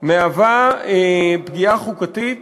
מהווה פגיעה חוקתית